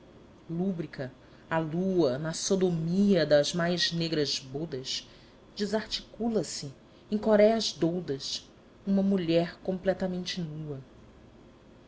lúbrica à lua na sodomia das mais negras bodas desarticula se em coréas doudas uma mulher completamente nua